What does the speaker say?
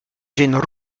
zin